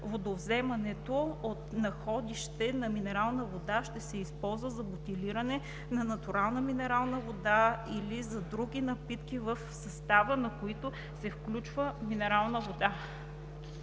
водовземането от находище на минерална вода ще се използва за бутилиране на натурална минерална вода или за други напитки, в състава на които се включва минерална вода.